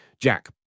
Jack